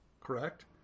correct